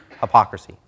hypocrisy